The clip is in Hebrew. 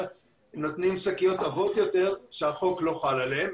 נותנות שקיות עבות יותר שהחוק לא חל עליהן,